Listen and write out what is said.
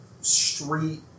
street